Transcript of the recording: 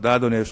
תודה על האמון.